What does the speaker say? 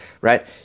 right